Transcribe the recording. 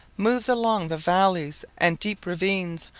moves along the valleys and deep ravines,